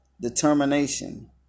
determination